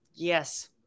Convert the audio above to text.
yes